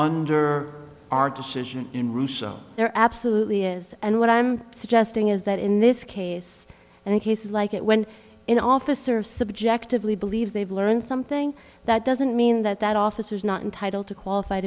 under our decision in rousseau there absolutely is and what i'm suggesting is that in this case and cases like it when an officer subjectively believes they've learned something that doesn't mean that that officer is not entitled to qualified